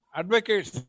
advocates